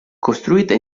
costruita